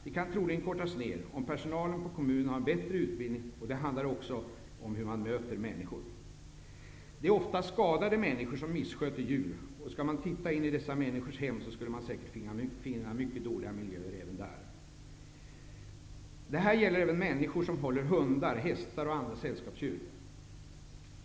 De kan troligen kortas ner om personalen inom kommunen har bättre utbildning -- även i hur man bemöter människor. Det är oftast skadade människor som missköter djur. Tittar man in i dessa människors hem, finner man säkert mycket dåliga miljöer även där. Det här gäller även människor som håller hundar, hästar och andra sällskapsdjur.